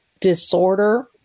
disorder